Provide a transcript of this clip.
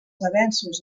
avanços